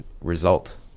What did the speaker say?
result